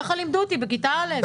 ככה לימדו אותי בכיתה א'.